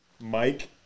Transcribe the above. Mike